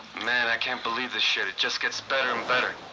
man, i can't believe this shit. it just gets better and better.